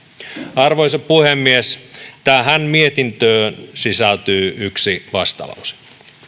arvoisa puhemies tähän mietintöön sisältyy yksi vastalause